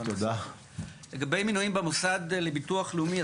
לגבי מינויים במוסד לביטוח לאומי,